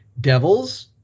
Devils